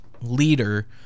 leader